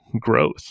growth